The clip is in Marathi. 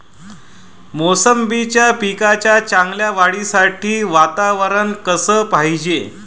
मोसंबीच्या पिकाच्या चांगल्या वाढीसाठी वातावरन कस पायजे?